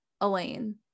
elaine